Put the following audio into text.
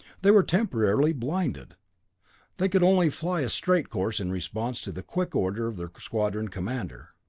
they were temporarily blinded they could only fly a straight course in response to the quick order of their squadron commander.